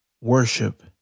worship